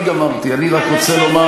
כשהשר יסיים אני אאפשר לך לשאול שאלה.